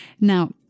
now